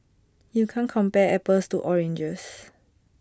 you can't compare apples to oranges